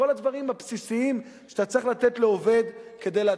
כל הדברים הבסיסיים שאתה צריך לתת לעובד כדי להצליח.